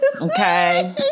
okay